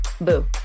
boo